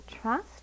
trust